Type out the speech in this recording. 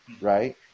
right